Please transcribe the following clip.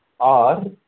আর